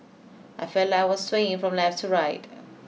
I felt like I was swaying from left to right